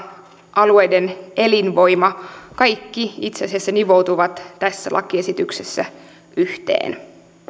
alueiden elinvoima kaikki itse asiassa nivoutuvat tässä lakiesityksessä yhteen